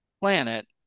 planet